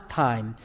time